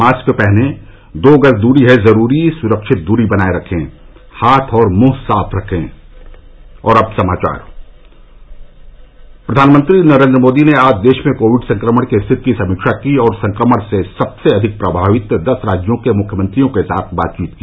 mask पहनें दो गज दूरी है जरूरी सुरक्षित दूरी बनाये रखें हाथ और मुंह साफ रखे प्रधानमंत्री नरेन्द्र मोदी ने आज देश में कोविड संक्रमण की स्थिति की समीक्षा की और संक्रमण से सबसे अधिक प्रभावित दस राज्यों के मुख्यमंत्रियों के साथ बातचीत की